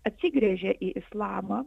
atsigręžė į islamą